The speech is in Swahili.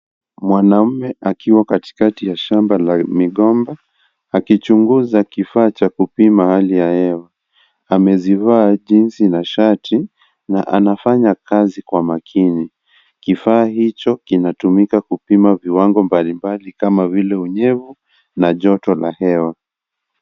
Mwanaume akiwa katikati ya shamba la migomba akichunguza kifaa cha kupima hali ya hewa. Amezivaa jinsi na shati na anafanya kazi kwa makini. Kifaa hicho kinatumika kupima viwango mbalimbali kama vile unyevu na joto la hewa.